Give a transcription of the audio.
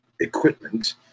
equipment